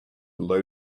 low